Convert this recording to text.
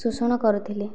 ଶୋଷଣ କରୁଥିଲେ